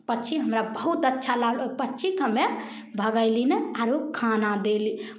पक्षी हमरा बहुत अच्छा लागल पक्षीके हमे भगयली नहि आरो खाना देली